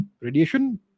radiation